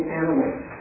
animals